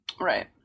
Right